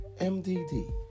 MDD